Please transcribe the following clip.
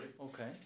okay